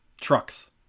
trucks